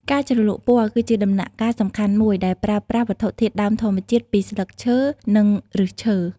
ការជ្រលក់ពណ៌ គឺជាដំណាក់កាលសំខាន់មួយ ដែលប្រើប្រាស់វត្ថុធាតុដើមធម្មជាតិពីស្លឹកឈើ និងឫសឈើ។